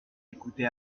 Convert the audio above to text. écoutait